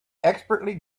expertly